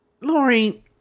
Lori